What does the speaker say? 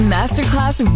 Masterclass